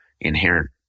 inherent